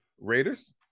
Raiders